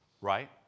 right